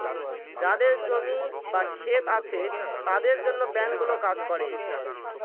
যাদের জমি বা ক্ষেত আছে তাদের জন্য ব্যাঙ্কগুলো কাজ করে